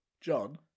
John